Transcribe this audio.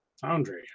Foundry